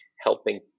helping